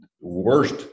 worst